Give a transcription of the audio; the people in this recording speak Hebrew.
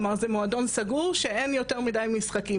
כלומר זה מועדון סגור שאין יותר מידי משחקים,